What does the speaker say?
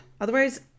Otherwise